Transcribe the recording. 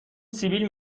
سیبیل